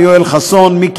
כן, כן, השם שלי.